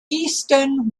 easton